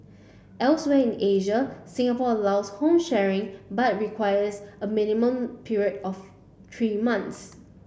elsewhere in Asia Singapore allows home sharing but requires a minimum period of tree months